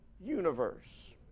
universe